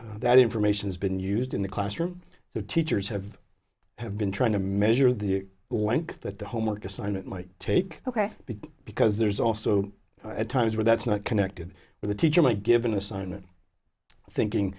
that that information has been used in the classroom the teachers have have been trying to measure the length that the homework assignment might take big because there's also at times where that's not connected with a teacher might give an assignment thinking